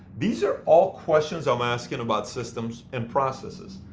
these are all questions i'm asking about systems and processes.